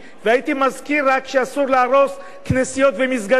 והייתי מזכיר רק שאסור להרוס כנסיות ומסגדים,